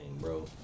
bro